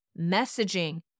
messaging